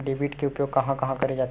Debit के उपयोग कहां कहा करे जाथे?